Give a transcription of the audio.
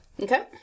Okay